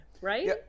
right